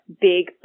big